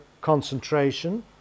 concentration